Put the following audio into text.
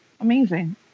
amazing